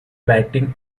batting